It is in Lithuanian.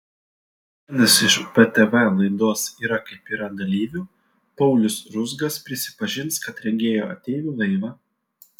vienas iš btv laidos yra kaip yra dalyvių paulius ruzgas prisipažins kad regėjo ateivių laivą